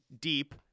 deep